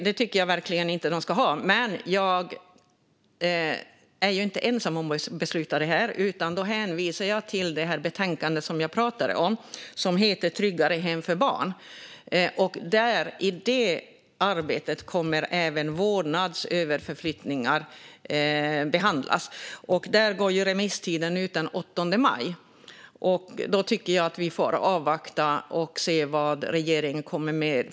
Det tycker jag verkligen inte att mördaren ska ha, men jag är ju inte ensam om att besluta detta. Jag hänvisar till det betänkande som jag pratade om, som heter Tryggare hem för barn . I detta arbete kommer även vårdnadsöverflyttningar att behandlas. Remisstiden går ut den 8 maj. Jag tycker att vi får avvakta och se vilka förslag regeringen kommer med.